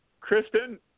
Kristen